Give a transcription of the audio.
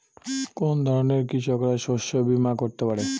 কোন ধরনের কৃষকরা শস্য বীমা করতে পারে?